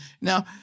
Now